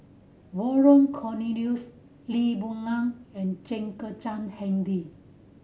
Vernon Cornelius Lee Boon Ngan and Chen Kezhan Henri